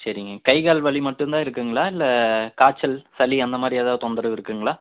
சரிங்க கை கால் வலி மட்டும்தான் இருக்குங்களா இல்லை காய்ச்சல் சளி அந்தமாதிரி ஏதாவது தொந்தரவு இருக்குங்களா